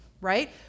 right